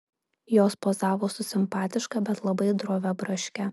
jos pozavo su simpatiška bet labai drovia braške